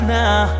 now